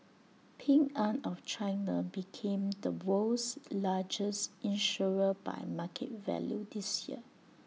Ping an of China became the world's largest insurer by market value this year